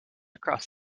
across